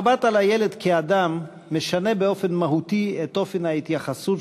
המבט על הילד כאדם משנה באופן מהותי את אופן ההתייחסות